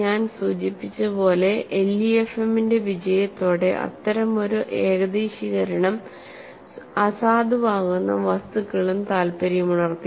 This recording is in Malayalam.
ഞാൻ സൂചിപ്പിച്ചതുപോലെ LEFM ന്റെ വിജയത്തോടെ അത്തരമൊരു ഏകദേശീകരണം അസാധുവാകുന്ന വസ്തുക്കളും താൽപ്പര്യമുണർത്തി